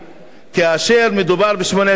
כאשר מדובר ב-18 שנה.